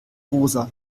rosa